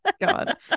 God